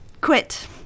Quit